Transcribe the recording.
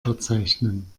verzeichnen